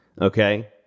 Okay